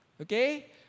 Okay